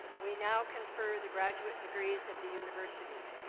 we now confer the graduate degrees of the university.